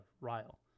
Ryle